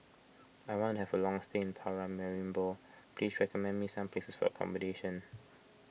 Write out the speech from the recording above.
I want to have a long stay in Paramaribo please recommend me some places for accommodation